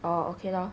oh okay lor